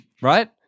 right